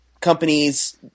companies